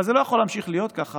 אבל זה לא יכול להמשיך להיות ככה,